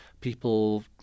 people